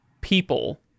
people